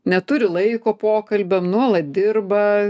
neturi laiko pokalbiam nuolat dirba